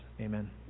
Amen